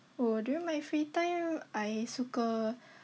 oh during my free time I suka